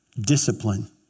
discipline